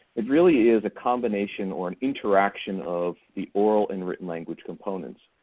it really is a combination or an interaction of the oral and written language components,